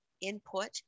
input